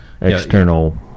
external